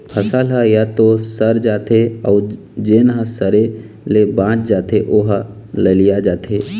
फसल ह य तो सर जाथे अउ जेन ह सरे ले बाच जाथे ओ ह ललिया जाथे